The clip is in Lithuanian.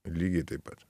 lygiai taip pat